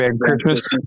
Christmas